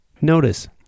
Notice